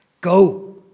go